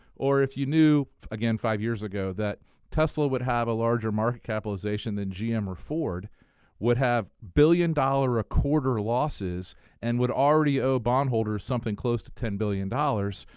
or if you knew, again, five years ago, that tesla would have a larger market capitalization than gm or ford would have billion-dollar-a-quarter losses and would already owe bondholders something close to ten billion dollars,